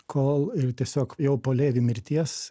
kol ir tiesiog jau po levi mirties